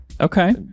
Okay